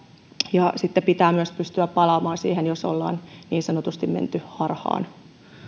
ja sitten pitää myös pystyä palaamaan siihen jos ollaan niin sanotusti menty harhaan